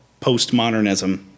postmodernism